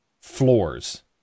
floors